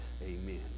amen